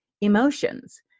emotions